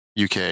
UK